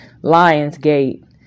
Lionsgate